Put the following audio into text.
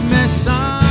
Messiah